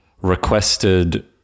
requested